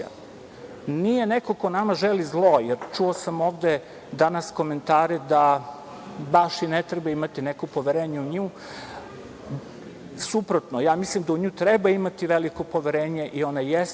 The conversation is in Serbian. nije neko ko nama želi zlo, jer čuo sam ovde danas komentare da baš i ne treba imati neko poverenje u nju, suprotno, mislim da u nju treba imati veliko poverenje i ona jeste